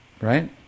Right